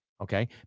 Okay